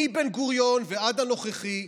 מבן-גוריון ועד הנוכחי,